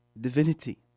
divinity